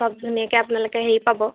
চব ধুনীয়াকৈ আপোনালোকে হেৰি পাব